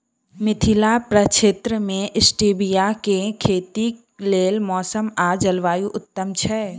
मिथिला प्रक्षेत्र मे स्टीबिया केँ खेतीक लेल मौसम आ जलवायु उत्तम छै?